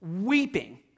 weeping